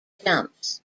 jumps